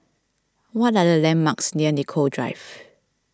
what are the landmarks near Nicoll Drive